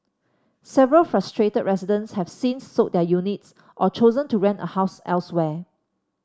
several frustrated residents have since sold their units or chosen to rent a house elsewhere